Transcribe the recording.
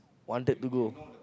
wanted to go